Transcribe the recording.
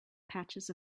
patches